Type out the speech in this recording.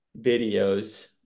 videos